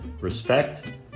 Respect